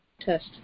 test